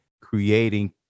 creating